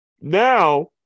Now